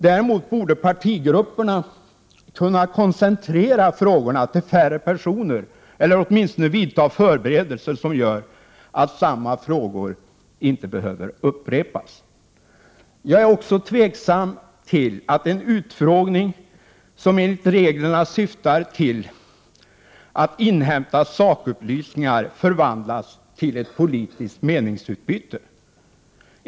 Däremot borde partigrupperna kunna koncentrera frågorna till färre personer eller åtminstone vidta förberedelser som gör att samma frågor inte behöver upprepas. Jag är också tveksam till att en utfrågning, som enligt reglerna syftar till att inhämta sakupplysningar, förvandlas till ett politiskt meningsutbyte.